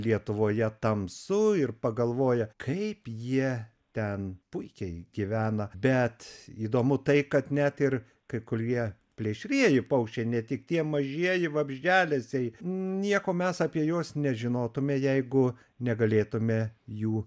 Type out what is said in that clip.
lietuvoje tamsu ir pagalvoję kaip jie ten puikiai gyvena bet įdomu tai kad net ir kai kurie plėšrieji paukščiai ne tik tie mažieji vabzdžialesiai nieko mes apie juos nežinotume jeigu negalėtume jų